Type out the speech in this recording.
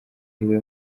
iwe